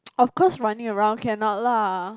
of course running around cannot lah